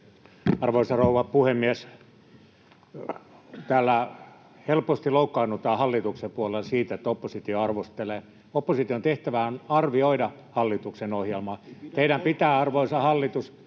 Arvoisa rouva puhemies! Täällä helposti loukkaannutaan hallituksen puolella siitä, että oppositio arvostelee. Opposition tehtävä on arvioida hallituksen ohjelmaa. Teidän pitää, arvoisa hallitus